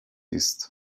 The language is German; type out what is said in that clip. ist